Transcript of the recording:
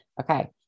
Okay